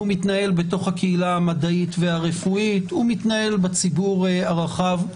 הוא מתנהל בתוך הקהילה המדעית והרפואית והוא גם בקרב בציבור הרחב.